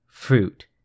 Fruit